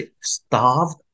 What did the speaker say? starved